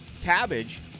cabbage